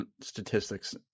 statistics